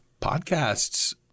Podcasts